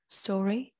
story